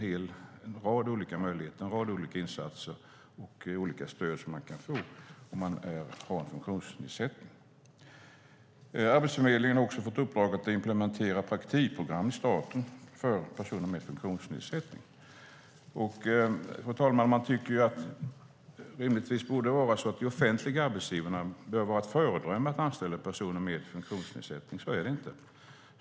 Det finns en rad olika insatser och stöd som man kan få om man har en funktionsnedsättning. Arbetsförmedlingen har fått i uppdrag att implementera ett praktikprogram i staten för personer med funktionsnedsättning. Fru talman! Man tycker att det rimligtvis borde vara så att de offentliga arbetsgivarna är ett föredöme i att anställa personer med funktionsnedsättning, men så är det inte.